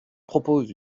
propose